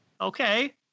Okay